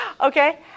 okay